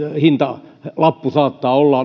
hintalappu saattaa olla